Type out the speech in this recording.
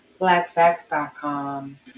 Blackfacts.com